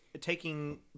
taking